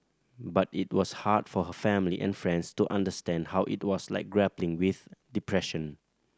but it was hard for her family and friends to understand how it was like grappling with depression